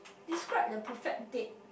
describe your perfect date